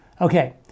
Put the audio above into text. Okay